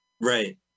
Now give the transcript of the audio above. right